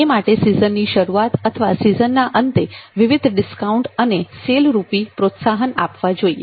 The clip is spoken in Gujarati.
એ માટે સિઝનની શરૂઆત અથવા સિઝનના અંતે વિવિધ ડિસ્કાઉન્ટ અને સેલ રૂપી પ્રોત્સાહન આપવા જોઈએ